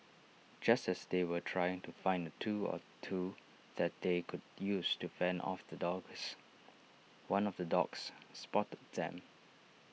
just as they were trying to find A tool or two that they could use to fend off the dogs one of the dogs spotted them